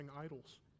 idols